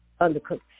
undercooked